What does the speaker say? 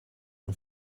een